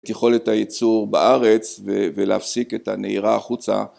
את יכולת הייצור בארץ, ולהפסיק את הנהירה החוצה.